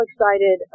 excited